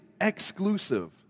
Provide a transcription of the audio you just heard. exclusive